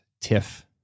TIFF